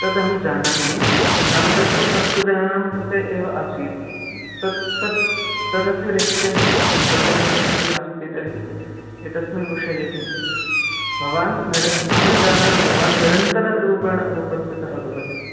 तदहं जानामि नाम तत्तु सप्तदिनानां कृते एव आसीत् तत् तत् तदतिरिच्य भवतः उपस्थितिः नास्ति तर्हि एतस्मिन् विषये किं भवान् निर् अहं जानामि भवान् निरन्तररूपेण अनुपस्थितः भवति